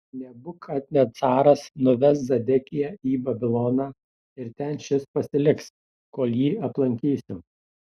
nebukadnecaras nuves zedekiją į babiloną ir ten šis pasiliks kol jį aplankysiu